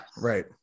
right